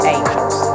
Angels